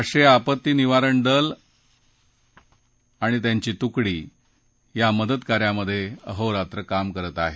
राष्ट्रीय आपत्ती निवारण दल आणि यांची तुकडी मदत कार्यात अहोरात्र काम करत आहे